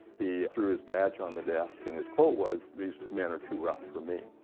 he threw his badge on the desk and his quote was, these men are too rough for me.